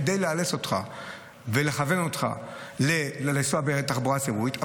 כדי לאלץ אותך ולכוון אותך לנסוע בתחבורה ציבורית.